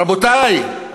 רבותי,